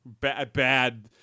bad